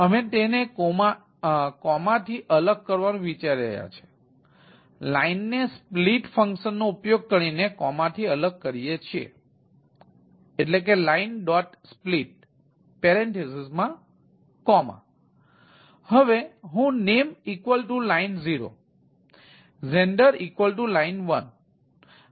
અમે તેને કોમા લખીએ છીએ